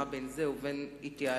מה בין זה ובין התייעלות?